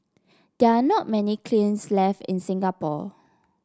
there are not many kilns left in Singapore